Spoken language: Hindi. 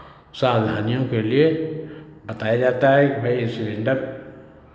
सावधानियों के लिए बताया जाता है कि भाई ये सिलेंडर